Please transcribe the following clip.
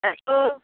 hello